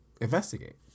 investigate